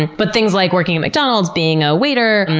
and but things like working at mcdonald's, being a waiter,